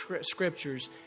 scriptures